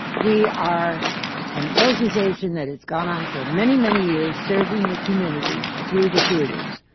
we are an organization that has gone on for many, many years, serving the community through the theatres.